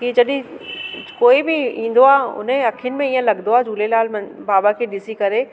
की जॾहिं कोई बि ईंदो आहे हुनजे अख़ियुनि में ईअं लॻंदो आहे झूलेलाल बाबा खे ॾिसी करे